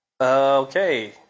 Okay